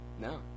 No